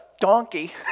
donkey